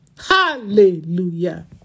Hallelujah